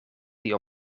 die